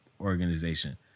organization